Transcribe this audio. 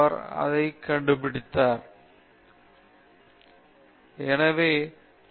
எனவே h இயற்கையின் அடிப்படை மாறிலி இது பூச்சியமாக பூஜ்ஜியத்தை அணுக முடியாது இது 10 மைனஸ் 34 ஜூல்ஸ் இரண்டாவது சக்திக்கு 6